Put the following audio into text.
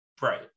right